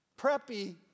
preppy